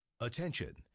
Attention